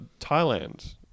Thailand